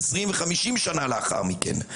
עשרים וחמישים שנה לאחר מכן,